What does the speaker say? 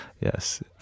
Yes